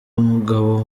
umugabo